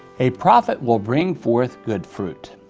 a prophet will bring forth good fruit.